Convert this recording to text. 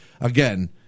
again